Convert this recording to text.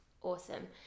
Awesome